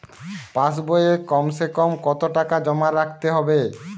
পাশ বইয়ে কমসেকম কত টাকা জমা রাখতে হবে?